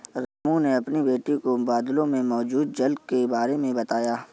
रामू ने अपनी बेटी को बादलों में मौजूद जल के बारे में बताया